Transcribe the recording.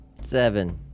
Seven